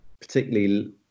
particularly